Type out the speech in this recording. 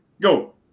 Go